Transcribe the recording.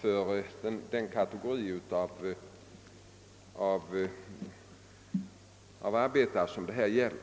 för den kategori arbetare som det här gäller.